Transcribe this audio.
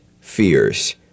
fears